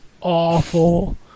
awful